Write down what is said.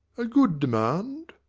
a good demand.